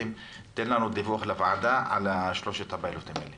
תן דיווח לוועדה על הפיילוט הזה.